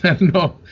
No